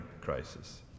crisis